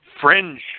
Fringe